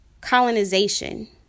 colonization